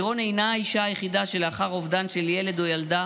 לירון אינה האישה היחידה שלאחר אובדן של ילד או ילדה